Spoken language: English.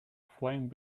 flying